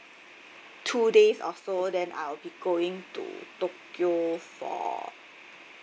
two days or so then I'll be going to tokyo for